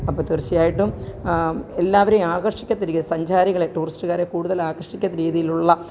അപ്പോൾ തീര്ച്ചയായിട്ടും എല്ലാവരെയും ആകര്ഷിക്കത്തരിക സഞ്ചാരികളെ ടൂറിസ്റ്റുകാരെ കൂടുതല് ആകർഷിക്കത്തക്ക രീതിയിലുള്ള